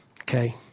Okay